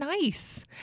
nice